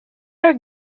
are